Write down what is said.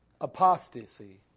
apostasy